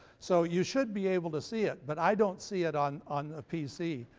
so you should be able to see it. but i don't see it on on a pc.